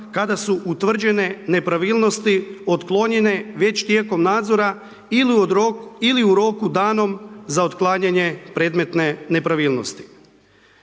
kada su utvrđene nepravilnosti otklonjenje već tijekom nadzora ili u roku danom za otklanjanje predmetne nepravilnosti.